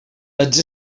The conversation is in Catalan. els